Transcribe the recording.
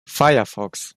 firefox